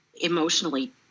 emotionally